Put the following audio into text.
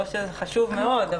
זה חשוב מאוד,